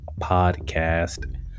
podcast